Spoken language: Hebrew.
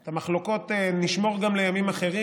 את המחלוקות נשמור גם לימים אחרים.